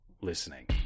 listening